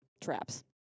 traps